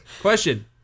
Question